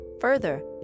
Further